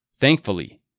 Thankfully